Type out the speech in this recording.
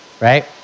right